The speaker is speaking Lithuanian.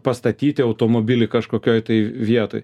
pastatyti automobilį kažkokioj tai vietoj